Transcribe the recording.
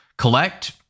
collect